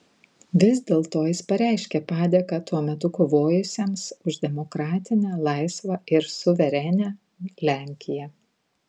vis dėlto jis pareiškė padėką tuo metu kovojusiems už demokratinę laisvą ir suverenią lenkiją